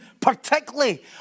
particularly